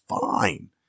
fine